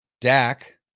Dak